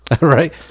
right